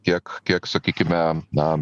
tiek kiek sakykime na